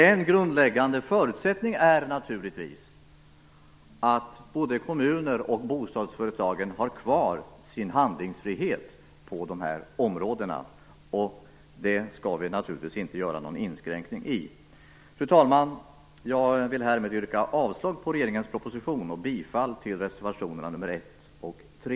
En grundläggande förutsättning för detta är naturligtvis att både kommuner och bostadsföretag har kvar sin handlingsfrihet. Den skall naturligtvis inte inskränkas. Fru talman! Jag yrkar härmed avslag till förslagen i regeringens proposition och bifall till reservationerna nr 1 och 3.